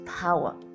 power